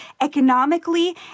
economically